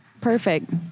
Perfect